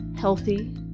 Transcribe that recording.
healthy